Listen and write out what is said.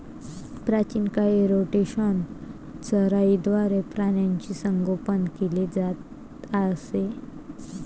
प्राचीन काळी रोटेशनल चराईद्वारे प्राण्यांचे संगोपन केले जात असे